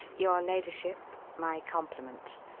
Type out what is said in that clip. your ladyship, my compliments.